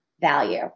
value